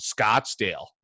Scottsdale